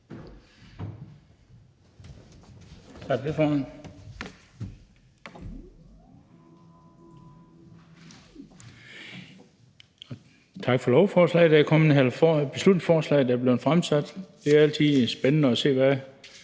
Tak for beslutningsforslaget, der er blevet fremsat. Det er altid spændende at se, hvad der